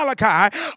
Malachi